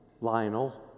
Lionel